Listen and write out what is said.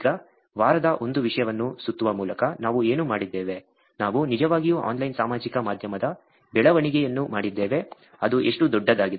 ಈಗ ವಾರದ 1 ವಿಷಯವನ್ನು ಸುತ್ತುವ ಮೂಲಕ ನಾವು ಏನು ಮಾಡಿದ್ದೇವೆ ನಾವು ನಿಜವಾಗಿಯೂ ಆನ್ಲೈನ್ ಸಾಮಾಜಿಕ ಮಾಧ್ಯಮದ ಬೆಳವಣಿಗೆಯನ್ನು ಮಾಡಿದ್ದೇವೆ ಅದು ಎಷ್ಟು ದೊಡ್ಡದಾಗಿದೆ